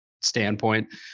standpoint